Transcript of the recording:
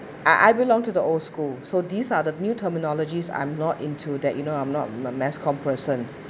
I I belong to the old school so these are the new terminologies I'm not into that you know I'm not mass comm person